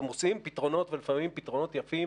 הם מוצאים פתרונות ולפעמים פתרונות יפים